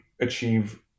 achieve